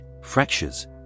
fractures